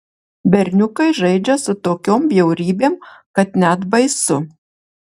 berniukai žaidžia su tokiom bjaurybėm kad net baisu